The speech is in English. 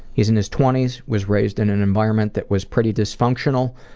he's in his twenty s. was raised in an environment that was pretty dysfunctional.